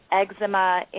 eczema